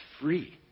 free